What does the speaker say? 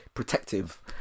protective